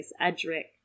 Edric